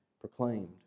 proclaimed